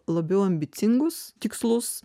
labiau ambicingus tikslus